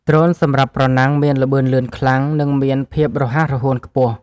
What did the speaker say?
ដ្រូនសម្រាប់ប្រណាំង មានល្បឿនលឿនខ្លាំង និងមានភាពរហ័សរហួនខ្ពស់។